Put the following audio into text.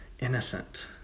innocent